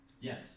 Yes